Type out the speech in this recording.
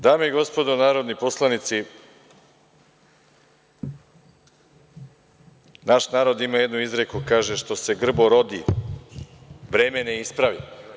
Dame i gospodo narodni poslanici, naš narod ima jednu izreku, kaže – što se grbo rodi, vreme ne ispravi.